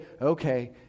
okay